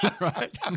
Right